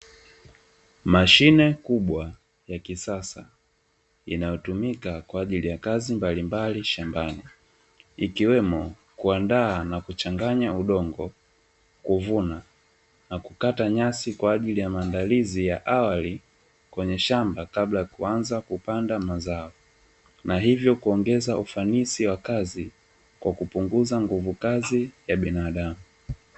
Mashine Kubwa ya kisasa inayotumika kwaajili ya kazi mbalimbali shambani, ikiwemo kuandaa na kuchanganya udongo kuvuna na kukataa nyasi kwaajili ya maandalizi ya awali kwenye shamba kabla ya kuanza kupanda mazao, na hivyo kuongeza ufanisi wa kazi kwa kupunguza nguvu kazi ya binadamu.